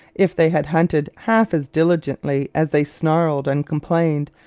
if they had hunted half as diligently as they snarled and complained,